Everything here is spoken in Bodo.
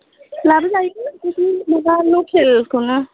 लाबोजायोगोन बिदि माबा लखेलखौनो